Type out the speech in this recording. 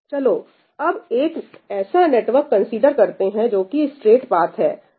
चलो अब एक ऐसा नेटवर्क कंसीडर करते हैंजो कि स्ट्रेट पाथ है